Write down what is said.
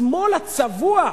השמאל הצבוע,